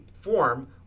form